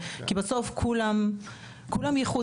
כי בסוף כולם ייחודיים,